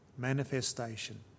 manifestation